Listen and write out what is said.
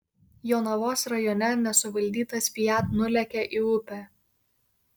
jonavos rajone nesuvaldytas fiat nulėkė į upę